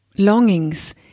longings